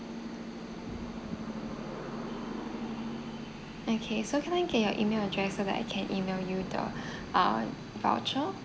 okay so can I get your email address so that I can email you the uh voucher